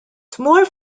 tmur